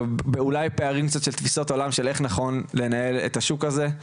אולי בקצת פערים של תפיסת עולם של איך נכון לנהל את השוק הזה.